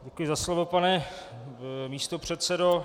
Děkuji za slovo, pane místopředsedo.